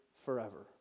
forever